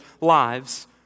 lives—